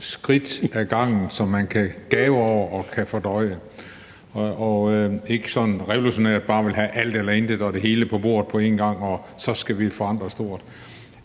skridt ad gangen, som man kan gabe over og kan fordøje og ikke sådan revolutionært bare vil have alt eller intet og det hele på bordet på én gang, og så skal man forandre stort.